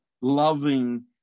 loving